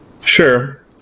Sure